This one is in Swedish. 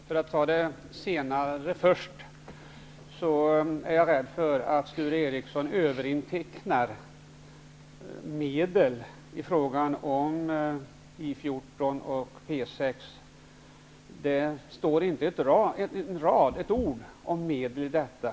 Fru talman! För att ta det senaste först: Jag är rädd för att Sture Ericson överintecknar medel i frågan om I 14 och P 6. Det står inte ett ord om medel till detta.